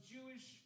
Jewish